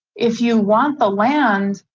if you want the land,